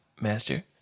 Master